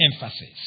emphasis